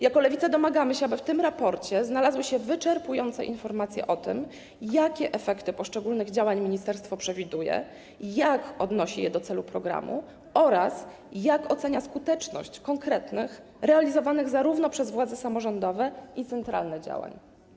Jako Lewica domagamy się, aby w tym raporcie znalazły się wyczerpujące informacje o tym, jakie efekty poszczególnych działań ministerstwo przewiduje, jak odnosi je do celu programu oraz jak ocenia skuteczność konkretnych realizowanych przez władze zarówno samorządowe, jak i centralne działań.